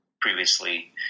previously